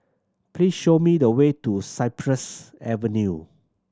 please show me the way to Cypress Avenue